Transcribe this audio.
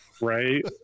right